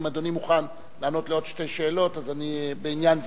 אם אדוני מוכן לענות על עוד שתי שאלות בעניין זה.